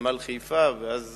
נמל חיפה, ואז